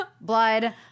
blood